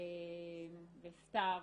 סתיו,